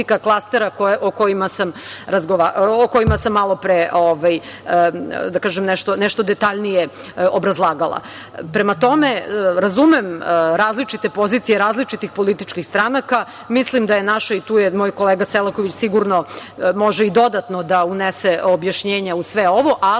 o kojima sam malopre, da kažem, nešto detaljnije obrazlagala. Prema tome, razumem različite pozicije različitih političkih stranaka. Tu moj kolega Selaković sigurno može dodatno da unese objašnjenja u sve ovo, ali